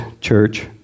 church